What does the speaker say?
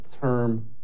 term